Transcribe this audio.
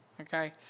Okay